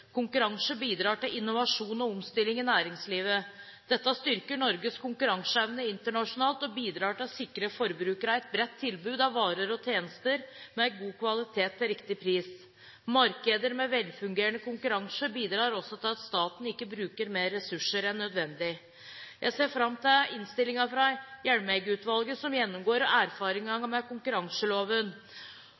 Konkurranse bidrar til innovasjon og omstilling i næringslivet. Dette styrker Norges konkurranseevne internasjonalt og bidrar til å sikre forbrukerne et bredt tilbud av varer og tjenester med god kvalitet til riktig pris. Markeder med velfungerende konkurranse bidrar også til at staten ikke bruker mer ressurser enn nødvendig. Jeg ser fram til innstillingen fra Hjelmeng-utvalget, som gjennomgår erfaringene fra konkurranseloven,